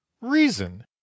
reason